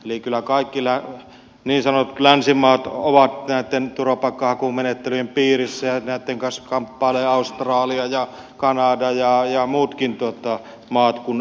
eli kyllä kaikki niin sanotut länsimaat ovat näitten turvapaikanhakumenettelyjen piirissä ja näitten kanssa kamppailevat australia ja kanada ja muutkin maat kuin eu maat